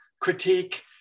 critique